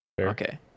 Okay